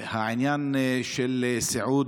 העניין של סיעוד,